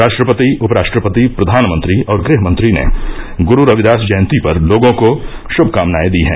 राष्ट्रपति उपराष्ट्रपति प्रधानमंत्री और गृहमंत्री ने ग्रु रविदास जयंती पर लोगों को शुभकामनाएं दी हैं